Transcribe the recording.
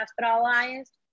hospitalized